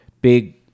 big